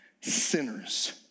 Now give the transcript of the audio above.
sinners